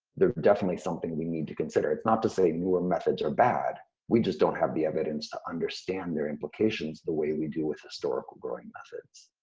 they're definitely something we need to consider. it's not to say newer methods are bad, we just don't have the evidence to understand their implications the way we do with historical growing methods.